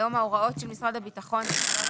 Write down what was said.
היום ההוראות של משרד הביטחון שחלות